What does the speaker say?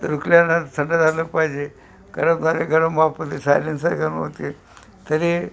थंड झालं पाहिजे गरमद्वारे गरम सायलेन्सर गरम होते तरी